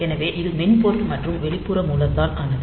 எனவே இது மென்பொருள் மற்றும் வெளிப்புற மூலத்தால் ஆனது